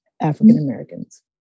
African-Americans